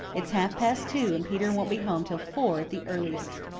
it's half-past two, and peter won't be home till four at the earliest.